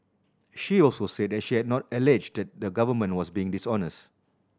she also said that she had not alleged that the Government was being dishonest